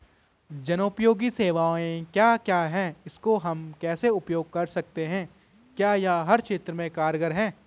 जनोपयोगी सेवाएं क्या क्या हैं इसको हम कैसे उपयोग कर सकते हैं क्या यह हर क्षेत्र में कारगर है?